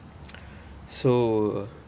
so uh